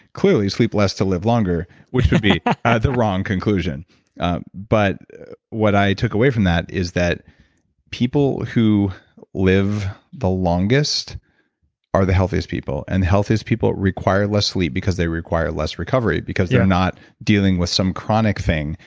clearly sleep less to live longer which would be the wrong conclusion but what i took away from that is that people who live the longest are the healthiest people and the healthiest people require less sleep because they require less recovery because they're not dealing with some chronic thing,